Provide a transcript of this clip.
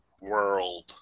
world